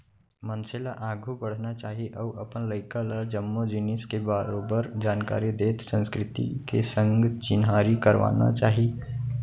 मनसे ल आघू बढ़ना चाही अउ अपन लइका ल जम्मो जिनिस के बरोबर जानकारी देत संस्कृति के संग चिन्हारी करवाना चाही